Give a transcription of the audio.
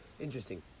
interesting